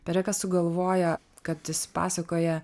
perekas sugalvoja kad jis pasakoja